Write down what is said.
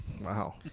Wow